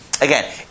Again